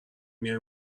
میای